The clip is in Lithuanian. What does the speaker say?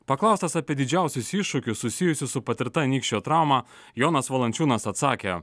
paklaustas apie didžiausius iššūkius susijusias su patirta nykščio trauma jonas valančiūnas atsakė